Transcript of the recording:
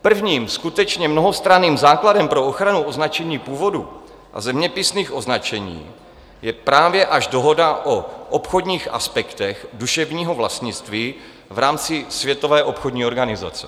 Prvním skutečně mnohostranným základem pro ochranu označení původu a zeměpisných označení je právě až Dohoda o obchodních aspektech práv k duševního vlastnictví v rámci Světové obchodní organizace.